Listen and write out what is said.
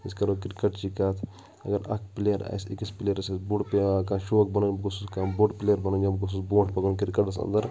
أسۍ کَرُو کِرکَٹچِی کَتھ اگر اَکھ پٕلیر آسہِ أکِس پٕلیرَس آسہِ بَرُونٛہہ کانٛہہ شوق پنُن بہٕ گوٚژھُس کانٛہہ بوٚڑ پٕلیر بَنُن یا برُونٛٹھ پَکُن کِرکَٹَس اَنٛدَر